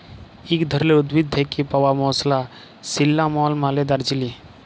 ইক ধরলের উদ্ভিদ থ্যাকে পাউয়া মসলা সিল্লামল মালে দারচিলি